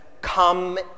come